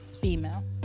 Female